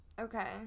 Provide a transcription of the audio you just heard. Okay